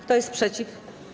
Kto jest przeciw?